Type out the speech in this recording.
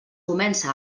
comença